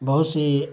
بہت سی